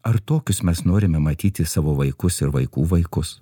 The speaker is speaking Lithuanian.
ar tokius mes norime matyti savo vaikus ir vaikų vaikus